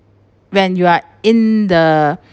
when you are in the